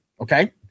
Okay